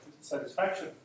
satisfaction